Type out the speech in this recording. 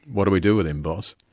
what do we do with him, boss?